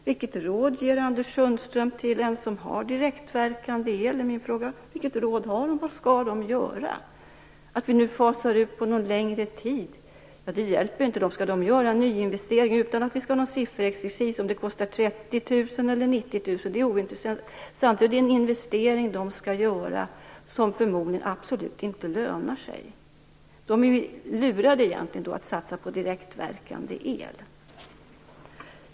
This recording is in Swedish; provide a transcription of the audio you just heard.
Vilket råd ger Anders Sundström till dem som har direktverkande el? Vad skall de göra? Att vi nu fasar ut det på längre tid hjälper inte. Skall de göra nyinvesteringar - vi kan bortse från all sifferexercis; det är ointressant om det kostar 30 000 kr eller 90 000 kr - som förmodligen absolut inte lönar sig? De har egentligen blivit lurade att satsa på direktverkande el.